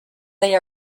they